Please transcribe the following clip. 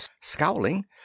scowling